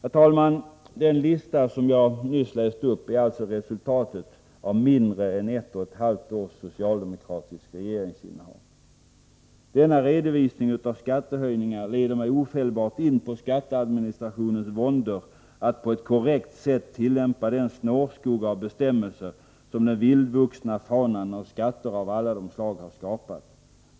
Herr talman! Vad jag nyss läste upp är alltså resultatet av mindre än ett och ett halvt års socialdemokratiskt regeringsinnehav. Denna redovisning av skattehöjningar leder mig ofelbart in på skatteadministrationens våndor att på ett korrekt sätt tillämpa den snårskog av bestämmelser som den vildvuxna faunan av skatter av alla de slag har skapat.